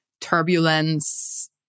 turbulence